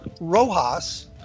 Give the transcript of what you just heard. Rojas